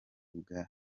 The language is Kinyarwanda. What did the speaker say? bwa